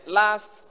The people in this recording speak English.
last